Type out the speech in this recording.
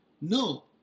No